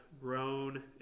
grown